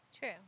True